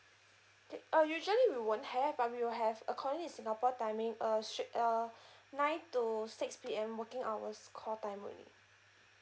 K uh usually we won't have but we'll have according to singapore timing uh straight uh nine to six P_M working hours call time only